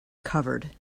covered